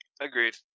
Agreed